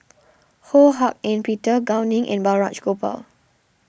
Ho Hak Ean Peter Gao Ning and Balraj Gopal